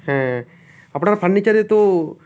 হ্যাঁ আপনার ফার্নিচারে তো